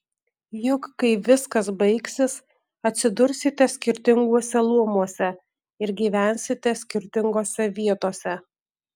juk kai viskas baigsis atsidursite skirtinguose luomuose ir gyvensite skirtingose vietose